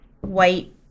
white